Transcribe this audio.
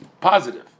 positive